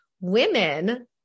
women